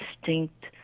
distinct